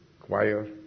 Choir